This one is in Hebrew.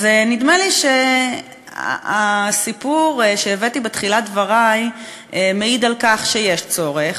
אז נדמה לי שהסיפור שהבאתי בתחילת דברי מעיד על כך שיש צורך,